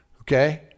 Okay